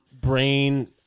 brain